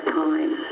time